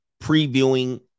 previewing